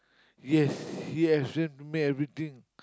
yes he explain to me everything